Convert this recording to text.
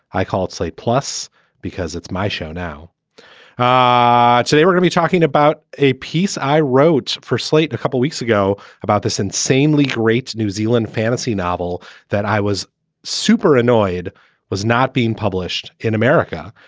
i called slate plus because it's my show now ah today we're gonna be talking about a piece i wrote for slate a couple weeks ago about this insanely great new zealand fantasy novel that i was super annoyed was not being published in america.